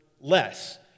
less